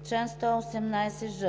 В чл. 118ж,